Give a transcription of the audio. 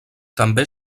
també